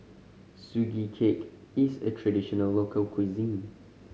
Sugee Cake is a traditional local cuisine